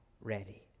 ready